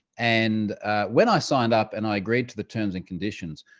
and when i signed up and i agreed to the terms and conditions,